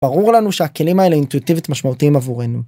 ברור לנו שהכלים האלה אינטואיטיבית משמעותיים עבורנו.